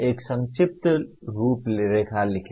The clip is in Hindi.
एक संक्षिप्त रूपरेखा लिखें